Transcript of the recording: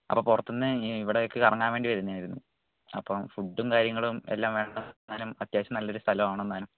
അപ്പോൾ പുറത്തുനിന്ന് ഇവിടേക്ക് കറങ്ങാൻ വേണ്ടി വരുന്നതായിരുന്നു അപ്പോൾ ഫുഡും കാര്യങ്ങളും എല്ലാം വേണം അത്യാവശ്യം നല്ലൊരു സ്ഥലം ആവണം താനും